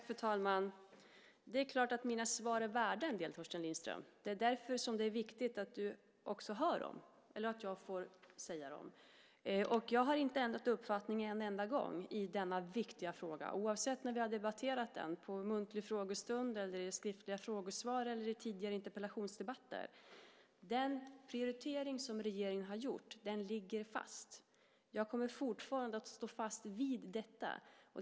Fru talman! Det är klart att mina svar är värda en del, Torsten Lindström. Det är därför som det är viktigt att du också hör dem eller att jag får säga dem. Jag har inte ändrat uppfattning en enda gång i denna viktiga fråga oavsett när vi har debatterat den, på muntlig frågestund eller i skriftliga frågesvar eller i tidigare interpellationsdebatter. Den prioritering som regeringen har gjort ligger fast. Jag kommer fortfarande att stå fast vid detta.